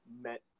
met